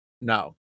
no